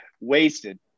wasted